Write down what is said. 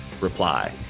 Reply